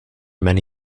many